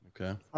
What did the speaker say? Okay